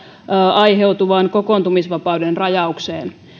aiheutuvan kokoontumisvapauden rajaukseen